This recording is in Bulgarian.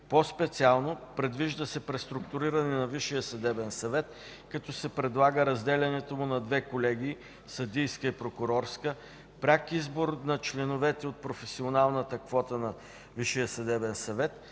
По-специално, предвижда се преструктуриране на Висшия съдебен съвет, като се предлага разделянето му на две колегии – съдийска и прокурорска, пряк избор на членовете от професионалната квота на ВСС,